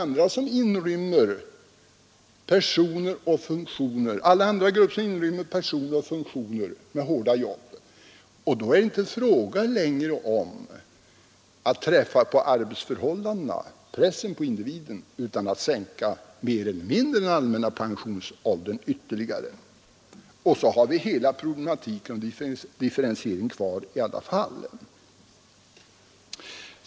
Men då måste vi göra likadant med alla andra grupper som inrymmer personer och funktioner med hårda jobb, och då är det inte längre fråga om arbetsförhållandena, om pressen på individen, utan om att mer eller mindre sänka den allmänna pensionsåldern ytterligare, och så har vi hela problematiken med differentieringen kvar i alla fall.